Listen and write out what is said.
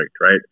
right